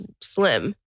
slim